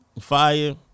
fire